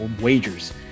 wagers